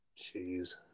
Jeez